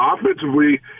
offensively